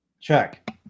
Check